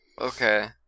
Okay